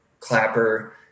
clapper